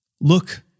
Look